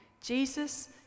Jesus